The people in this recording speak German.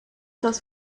das